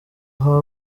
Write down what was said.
aho